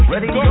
Ready